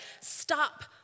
stop